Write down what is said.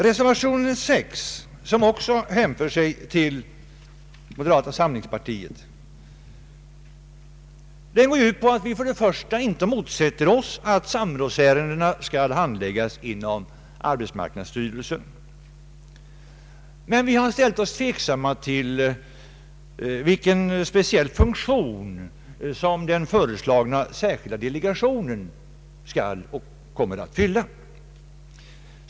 Reservation 6, som också bygger på förslag från moderata samlingspartiet, går ut på att vi inte motsätter oss att samrådsärendena skall handläggas inom arbetsmarknadsstyrelsen men att vi ställer oss tveksamma till vilken speciell funktion som den föreslagna särskilda delegationen kommer att fylla.